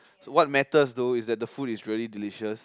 so what matters though is that the food is really delicious